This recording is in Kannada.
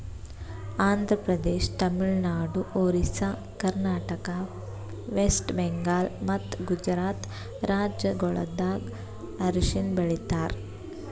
ಆಂಧ್ರ ಪ್ರದೇಶ, ತಮಿಳುನಾಡು, ಒರಿಸ್ಸಾ, ಕರ್ನಾಟಕ, ವೆಸ್ಟ್ ಬೆಂಗಾಲ್ ಮತ್ತ ಗುಜರಾತ್ ರಾಜ್ಯಗೊಳ್ದಾಗ್ ಅರಿಶಿನ ಬೆಳಿತಾರ್